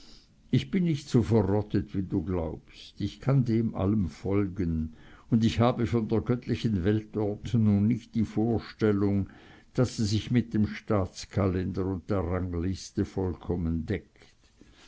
ich bin nicht so verrottet wie du glaubst ich kann dem allen folgen und ich habe von der göttlichen weltordnung nicht die vorstellung daß sie sich mit dem staatskalender und der rangliste vollkommen deckt